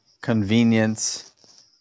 convenience